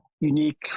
unique